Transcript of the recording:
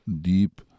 deep